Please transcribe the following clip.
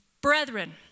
brethren